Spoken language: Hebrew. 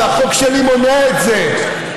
והחוק שלי מונע את זה,